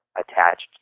attached